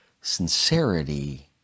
sincerity